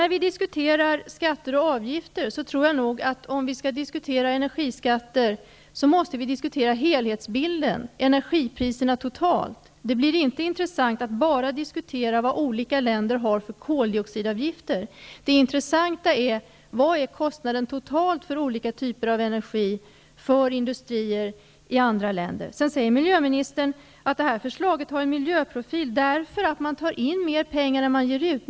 När vi diskuterar skatter och avgifter tror jag att vi när det handlar om energin måste diskutera helhetsbilden, energipriserna totalt. Det blir inte intressant att bara diskutera vilka koldioxidavgifter olika länder har. Det intressanta är vilken den totala kostnaden för olika typer av energi är för industrier i andra länder. Sedan säger miljöministern att förslaget har miljöprofil, därför att man tar in mer pengar än man ger ut.